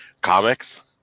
comics